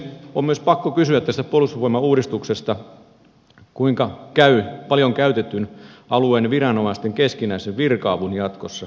on myös pakko kysyä tästä puolustusvoimauudistuksesta kuinka käy paljon käytetyn alueen viranomaisten keskinäisen virka avun jatkossa